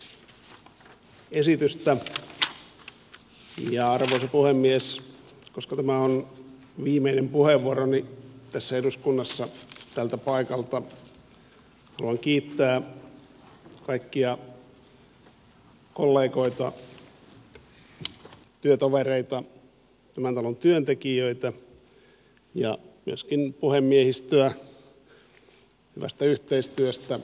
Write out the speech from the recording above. ja arvoisa puhemies koska tämä on viimeinen puheenvuoroni tässä eduskunnassa tältä paikalta haluan kiittää kaikkia kollegoita työtovereita tämän talon työntekijöitä ja myöskin puhemiehistöä hyvästä yhteistyöstä